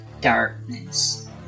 darkness